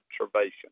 observation